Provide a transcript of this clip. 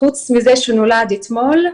חוץ מזה שנולד אתמול,